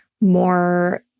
more